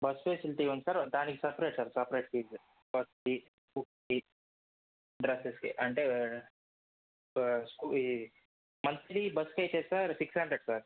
bus facility ఉంది sir దానికి separate sir separate fees bus fee books fee dresses fee అంటే ఆ monthly బస్కైతే సార్ సిక్స్ హండ్రెడ్ సార్